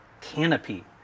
canopy